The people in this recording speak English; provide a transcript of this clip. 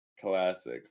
Classic